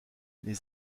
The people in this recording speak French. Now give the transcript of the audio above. les